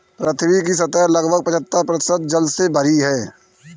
पृथ्वी की सतह लगभग पचहत्तर प्रतिशत जल से भरी है